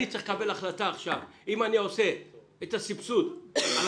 צריך לקבל החלטה עכשיו אם אני עושה את הסבסוד על